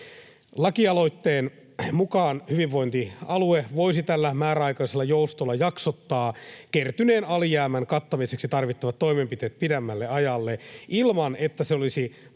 Lakialoitteen mukaan hyvinvointialue voisi tällä määräaikaisella joustolla jaksottaa kertyneen alijäämän kattamiseksi tarvittavat toimenpiteet pidemmälle ajalle ilman, että se olisi pakotettu